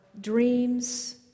dreams